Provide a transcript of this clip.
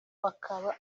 bakaba